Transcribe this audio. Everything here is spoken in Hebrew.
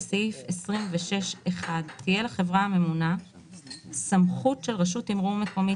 סעיף 26(1) תהיה לחברה הממונה סמכות של רשות תימרור מקומית,